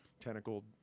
tentacled